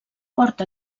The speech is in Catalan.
porta